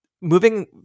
moving